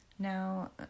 Now